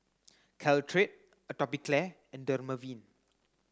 Caltrate Atopiclair and Dermaveen